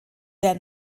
der